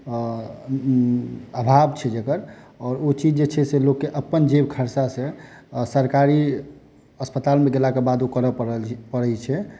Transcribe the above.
आभाव छै जकर आओर ओ चीज जे छै से लोककेँ अपन जेब खर्चा से सरकारी अस्पतालमे गेलाक बाद करऽ पड़ै छै